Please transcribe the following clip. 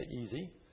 easy